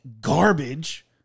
garbage